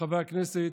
חברי הכנסת,